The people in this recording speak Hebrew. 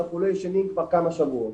אנחנו לא ישנים כבר כמה שבועות